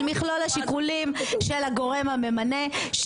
על מכלול השיקולים של הגורם הממנה -- צריך למחוק את השורה הזאת פשוט.